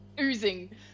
oozing